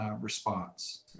response